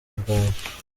bwawe